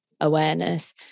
awareness